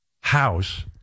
house